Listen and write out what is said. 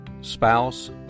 spouse